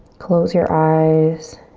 close your eyes.